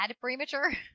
premature